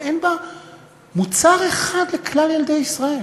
ואין בה מוצר אחד לכלל ילדי ישראל.